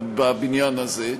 בבניין הזה,